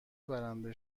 برنده